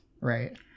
right